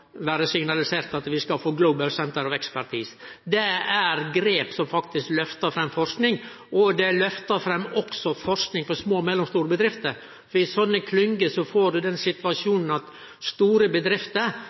signalisert at vi skal få Global Centers of Expertise. Dette er grep som faktisk løftar fram forsking, og det løftar også fram forsking for små og mellomstore bedrifter. Ved slike klyngar får ein den